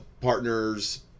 partners